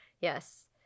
yes